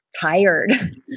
tired